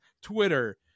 twitter